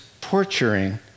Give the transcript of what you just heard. torturing